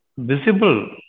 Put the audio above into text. Visible